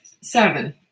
seven